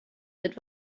that